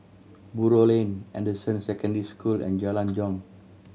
Buroh Lane Anderson Secondary School and Jalan Jong